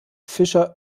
fischer